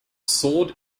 sword